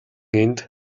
энд